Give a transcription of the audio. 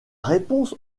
réponse